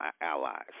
allies